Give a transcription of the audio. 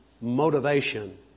motivation